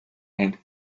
and